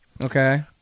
Okay